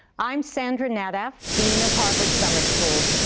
i'm sandra naddaff, dean of harvard summer school.